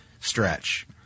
stretch